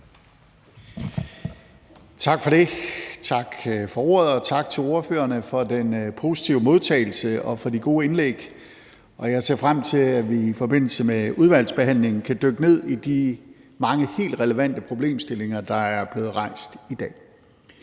Wammen): Tak for ordet. Og tak til ordførerne for den positive modtagelse og for de gode indlæg. Og jeg ser frem til, at vi i forbindelse med udvalgsbehandlingen kan dykke ned i de mange helt relevante problemstillinger, der er blevet rejst i dag.